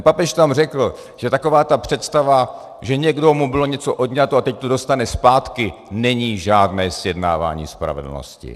Papež tam řekl, že taková ta představa, že někomu bylo něco odňato a teď to dostane zpátky, není žádné zjednávání spravedlnosti.